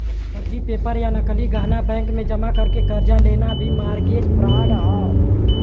फर्जी पेपर या नकली गहना बैंक में जमा करके कर्जा लेना भी मारगेज फ्राड हौ